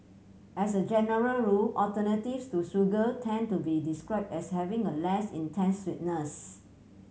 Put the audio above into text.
as a general rule alternatives to sugar tend to be describe as having a less intense sweetness